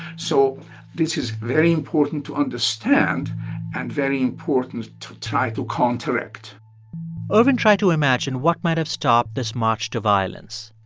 so this is very important to understand and very important to try to counteract ervin tried to imagine what might've stopped this march to violence.